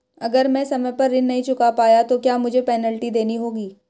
अगर मैं समय पर ऋण नहीं चुका पाया तो क्या मुझे पेनल्टी देनी होगी?